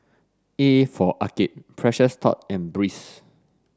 A for Arcade Precious Thots and Breeze